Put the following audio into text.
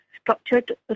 structured